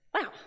wow